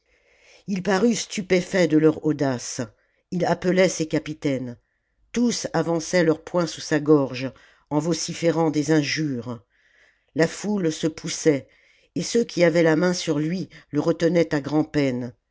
ii parut stupéfait de leur audace il appelait ses capitaines tous avançaient leurs poings sous sa gorge en vociférant des injures la foule se poussait et ceux qui avaient la main sur lui le retenaient à grand'peine